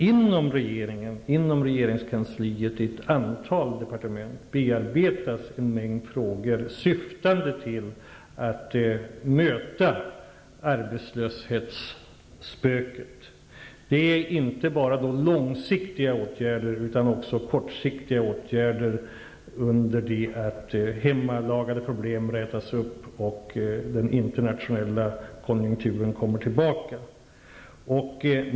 Inom regeringen, inom regeringskansliet och i ett antal departement, bearbetas en mängd frågor, och syftet är att vi skall möta arbetslöshetsspöket. Det är inte bara fråga om långsiktiga åtgärder utan också kortsiktiga åtgärder som sätts in i avvaktan på att hemmalagade problem löses och att den internationella konjunkturen vänder.